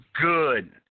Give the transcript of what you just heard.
good